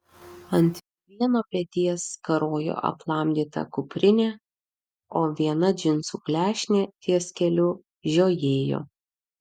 ant vieno peties karojo aplamdyta kuprinė o viena džinsų klešnė ties keliu žiojėjo